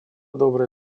добрые